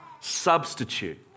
substitute